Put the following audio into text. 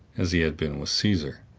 as he had been with caesar.